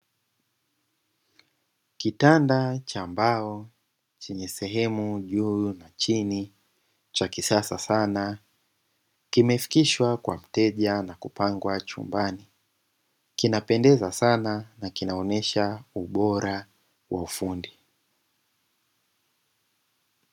Kitanda cha mbao chenye sehemu juu na chini cha kisasa sana, kimefikishwa kwa mteja na kupangwa chumbani, kinapendeza sana kuonyesha ubora wa ufundi.